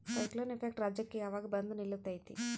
Cyclone effect ರಾಜ್ಯಕ್ಕೆ ಯಾವಾಗ ಬಂದ ನಿಲ್ಲತೈತಿ?